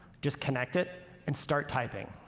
just connect it and start typing.